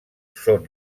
són